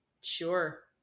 Sure